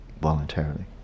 voluntarily